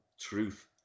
truth